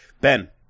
Ben